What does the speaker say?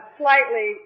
slightly